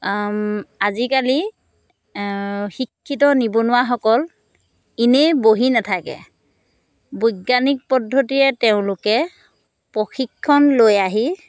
আজিকালি শিক্ষিত নিবনুৱাসকল এনেই বহি নাথাকে বৈজ্ঞানিক পদ্ধতিয়ে তেওঁলোকে প্ৰশিক্ষণ লৈ আহি